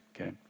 okay